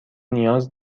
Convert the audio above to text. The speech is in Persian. نیاز